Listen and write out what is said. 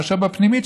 מאשר בפנימית,